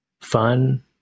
fun